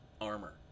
armor